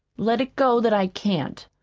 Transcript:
let it go that i can't.